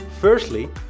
Firstly